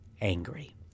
angry